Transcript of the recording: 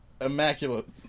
Immaculate